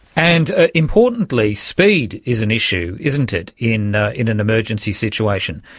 and importantly speed is an issue, isn't it, in ah in an emergency situation.